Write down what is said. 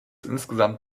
insgesamt